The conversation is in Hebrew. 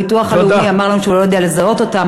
הביטוח הלאומי אמר לנו שהוא לא יודע לזהות אותם,